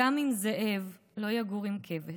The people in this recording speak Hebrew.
/ גם אם זאב לא יגור עם כבש.